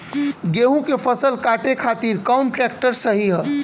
गेहूँ के फसल काटे खातिर कौन ट्रैक्टर सही ह?